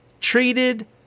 treated